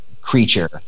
creature